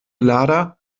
lader